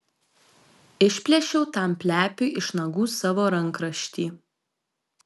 išplėšiau tam plepiui iš nagų savo rankraštį